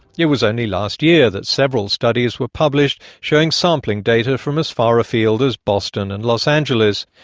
it was only last year that several studies were published showing sampling data from as far afield as boston and los angeles.